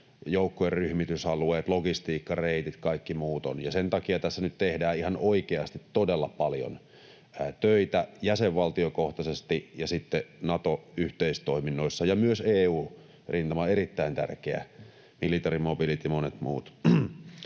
joukkojen ryhmitysalueet, logistiikkareitit ja kaikki muut ovat, ja sen takia tässä nyt tehdään ihan oikeasti todella paljon töitä jäsenvaltiokohtaisesti ja sitten Nato-yhteistoiminnoissa, ja myös EU-rintama on erittäin tärkeä, military mobility ja monet muut.